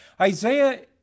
Isaiah